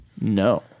No